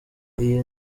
iyi